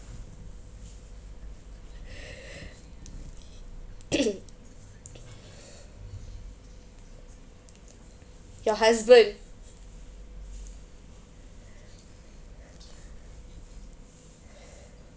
your husband